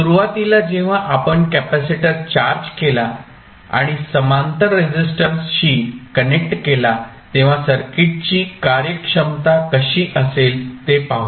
सुरुवातीला जेव्हा आपण कॅपेसिटर चार्ज केला आणि समांतर रेसिस्टरशी कनेक्ट केला तेव्हा सर्किटची कार्यक्षमता कशी असेल ते पाहूया